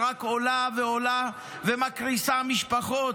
שרק עולה ועולה ומקריסה משפחות.